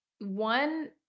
one